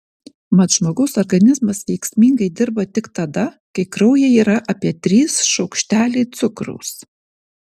mat žmogaus organizmas veiksmingai dirba tik tada kai kraujyje yra apie trys šaukšteliai cukraus